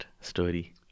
story